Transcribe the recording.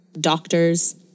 doctors